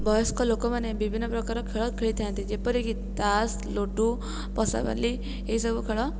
ବୟସ୍କ ଲୋକମାନେ ବିଭିନ୍ନପ୍ରକାର ଖେଳ ଖେଳିଥାନ୍ତି ଯେପରିକି ତାସ୍ ଲୁଡ଼ୁ ପଶାପାଲି ଏହିସବୁ ଖେଳ